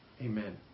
amen